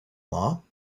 law